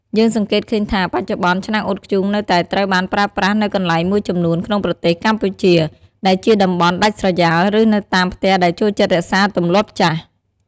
យើងសង្កេតឃើញថា បច្ចុប្បន្ន ឆ្នាំងអ៊ុតធ្យូងនៅតែត្រូវបានប្រើប្រាស់នៅកន្លែងមួយចំនួនក្នុងប្រទេសកម្ពុជា ដែលជាតំបន់ដាច់ស្រយាល ឬនៅតាមផ្ទះដែលចូលចិត្តរក្សាទម្លាប់ចាស់។